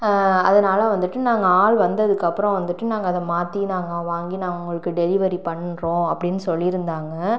அதனால் வந்துவிட்டு நாங்கள் ஆள் வந்ததுக்கப்புறம் வந்துவிட்டு நாங்கள் அதை மாற்றி நாங்கள் வாங்கி நாங்கள் உங்களுக்கு டெலிவரி பண்ணுறோம் அப்படின்னு சொல்லியிருந்தாங்க